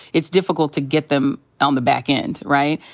it's difficult to get them on the back end, right?